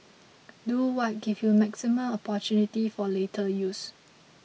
do what gives you maximum opportunities for later use